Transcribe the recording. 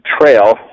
trail